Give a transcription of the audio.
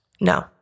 No